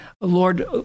Lord